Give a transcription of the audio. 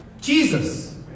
Jesus